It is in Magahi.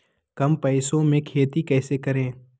कम पैसों में खेती कैसे करें?